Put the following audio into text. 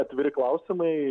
atviri klausimai